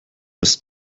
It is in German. ist